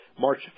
March